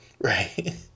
Right